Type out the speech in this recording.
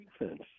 defense